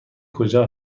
کجا